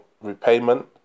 repayment